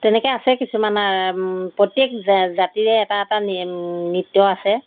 তেনেকৈ আছে কিছুমান প্ৰত্যেক জা জাতিৰে এটা এটা নৃ নৃত্য আছে